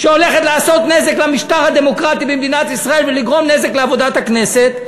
שהולכת לעשות נזק למשטר הדמוקרטי במדינת ישראל ולגרום נזק לעבודת הכנסת,